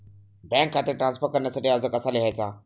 Bank खाते transfer करण्यासाठी अर्ज कसा लिहायचा?